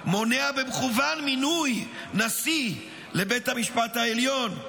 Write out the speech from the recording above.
מונע במכוון מינוי נשיא לבית המשפט העליון,